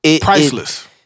Priceless